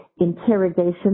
interrogation